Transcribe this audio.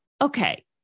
Okay